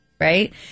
right